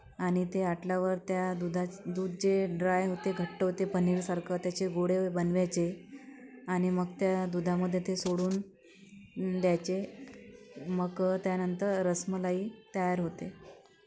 आणि ते आटल्यावर त्या दूधाचे दूध जे ड्राय होते घट्ट होते पनीरसारखं त्याचे गोळे बनवायचे आणि मग त्या दुधामध्ये ते सोडून द्यायचे मग त्यानंतर रसमलाई तयार होते